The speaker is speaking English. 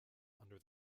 under